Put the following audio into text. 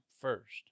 first